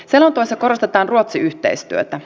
selonteossa korostetaan ruotsi yhteistyötä